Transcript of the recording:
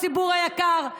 הציבור היקר,